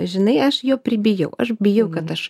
žinai aš jo pribijau aš bijau kad aš